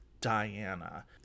diana